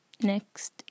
next